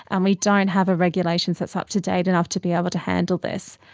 and we don't have a regulation that's up-to-date enough to be able to hand this,